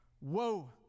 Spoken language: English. Woe